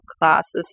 classes